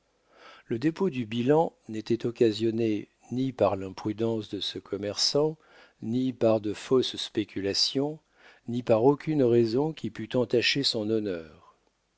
le dépôt du bilan n'était occasionné ni par l'imprudence de ce commerçant ni par de fausses spéculations ni par aucune raison qui pût entacher son honneur